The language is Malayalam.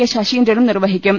കെ ശശീന്ദ്രനും നിർവഹി ക്കും